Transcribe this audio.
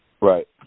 Right